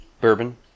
Bourbon